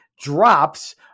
drops